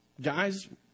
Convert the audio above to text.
Guys